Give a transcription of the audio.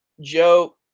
Joe